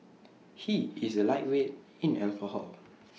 he is A lightweight in alcohol